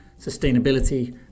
sustainability